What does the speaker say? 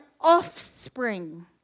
offspring